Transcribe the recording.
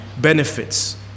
benefits